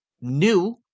new